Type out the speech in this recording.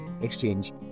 exchange